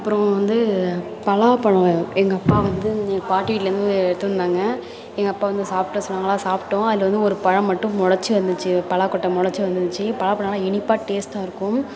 அப்புறோம் வந்து பலாப்பழம் எங்கள் அப்பா வந்து எங்கள் பாட்டி வீட்லிருந்து எடுத்து வந்தாங்க எங்கள் அப்பா வந்து சாப்பிட சொன்னாங்களா சாப்பிட்டோம் அதில் வந்து ஒரு பழம் மட்டும் மொளச்சு வந்திச்சி பலாக்கொட்டை மொளச்சு வந்து இருந்துச்சு பலாப்பழம் நல்ல இனிப்பாக டேஸ்ட்டாக இருக்கும்